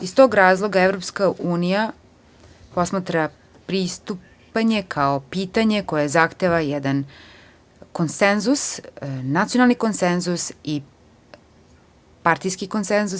Iz toga razloga EU posmatra pristupanje kao pitanje koje zahteva jedan konsenzus nacionalni i partijski konsenzus.